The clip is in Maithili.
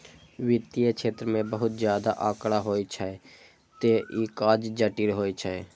वित्तीय क्षेत्र मे बहुत ज्यादा आंकड़ा होइ छै, तें ई काज जटिल होइ छै